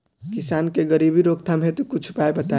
किसान के गरीबी रोकथाम हेतु कुछ उपाय बताई?